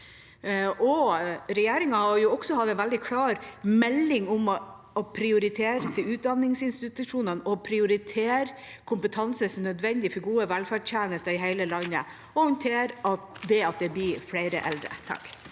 Regjeringen har også hatt en veldig klar melding om å prioritere utdanningsinstitusjonene og prioritere kompetanse som er nødvendig for gode velferdstjenester i hele landet, og å håndtere det at det blir flere eldre. Bård